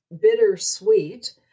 bittersweet